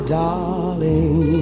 darling